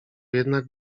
jednak